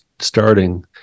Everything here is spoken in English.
Starting